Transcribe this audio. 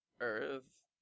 Earth